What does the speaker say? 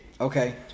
Okay